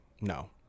No